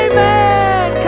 Amen